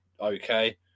okay